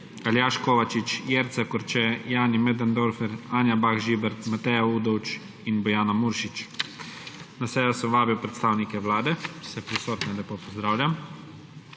Aljaž Kovačič, Jerca Korče, Jani Möderndorfer, Anja Bah Žibert, Mateja Udovč in Bojana Muršič. Na sejo sem vabil predstavnike Vlade. Vse prisotne lepo pozdravljam!